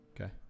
Okay